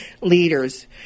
leaders